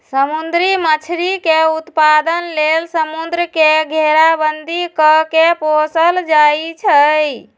समुद्री मछरी के उत्पादन लेल समुंद्र के घेराबंदी कऽ के पोशल जाइ छइ